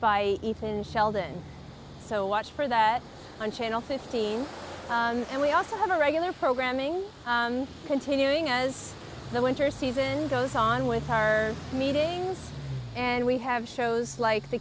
by ethan sheldon so watch for that on channel fifteen and we also have a regular programming continuing as the winter season goes on with her meeting and we have shows like the